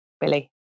Billy